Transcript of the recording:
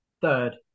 Third